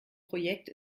projekt